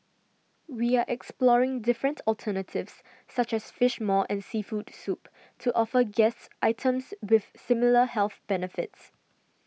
we are exploring different alternatives such as Fish Maw and seafood soup to offer guests items with similar health benefits